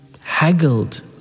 haggled